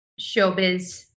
Showbiz